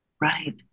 Right